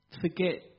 forget